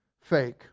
Fake